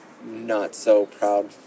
Not-so-proud